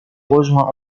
rejoint